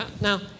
Now